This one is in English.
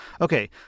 Okay